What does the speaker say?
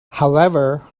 however